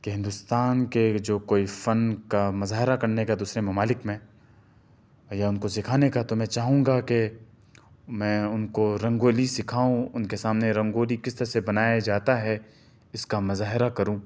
کہ ہندوستان کے جو کوئی فن کا مظاہرہ کرنے کا دوسرے ممالک میں یا ان کو سکھانے کا تو میں چاہوں گا كہ ميں ان كو رنگولى سكھاؤں ان كے سامنے رنگولى كس طرح سے بنایا جاتا ہے اس کا مظاہرہ کروں